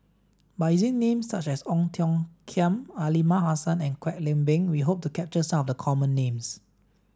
by using names such as Ong Tiong Khiam Aliman Hassan and Kwek Leng Beng we hope to capture some of the common names